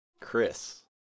Chris